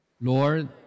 Lord